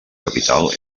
capital